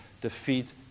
defeat